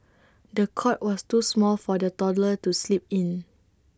the cot was too small for the toddler to sleep in